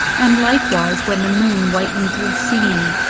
and like wise when the moon whitened the scene.